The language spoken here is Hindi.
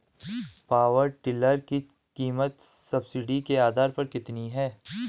पावर टिलर की कीमत सब्सिडी के आधार पर कितनी है?